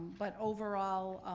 but overall,